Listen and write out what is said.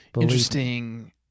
Interesting